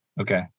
Okay